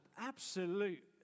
absolute